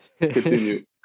Continue